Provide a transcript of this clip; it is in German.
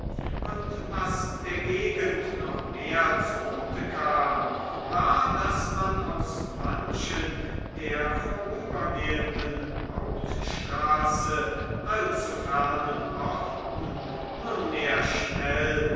und was der gegend noch mehr zugute kam war daß man aus manchen der vorübergehenden hauptstraße allzu fernen orten nunmehr schnell